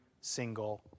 single